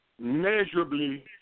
measurably